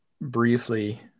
briefly